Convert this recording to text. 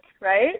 right